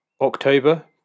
October